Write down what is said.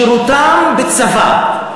שירותם בצבא,